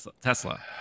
Tesla